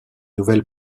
nouvelle